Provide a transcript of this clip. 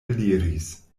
eliris